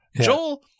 Joel